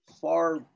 far